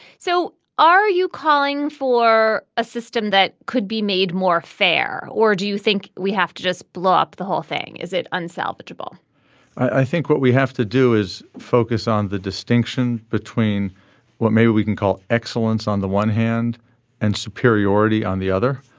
so are you calling for a system that could be made more fair or do you think we have to just blow up the whole thing is it unsalvageable i think what we have to do is focus on the distinction between what maybe we can call excellence on the one hand and superiority on the other.